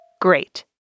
Great